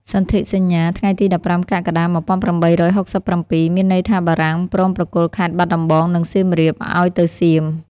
សន្ធិសញ្ញា ថ្ងៃទី១៥ កក្កដា ១៨៦៧ មានន័យថាបារាំង ព្រមប្រគល់ខេត្តបាត់ដំបង និងសៀមរាប ទៅឱ្យសៀម។